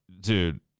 Dude